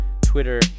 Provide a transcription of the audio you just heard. Twitter